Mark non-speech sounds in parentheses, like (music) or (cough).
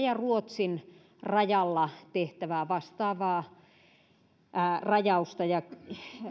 (unintelligible) ja ruotsin rajalla tehtävää vastaavaa rajausta ja